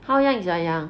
how young is your young